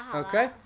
okay